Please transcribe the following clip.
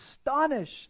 astonished